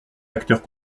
acteurs